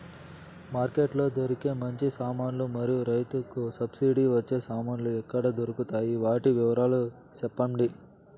Market లో దొరికే మంచి సామాన్లు మరియు రైతుకు సబ్సిడి వచ్చే సామాన్లు ఎక్కడ దొరుకుతాయి? వాటి వివరాలు సెప్పండి?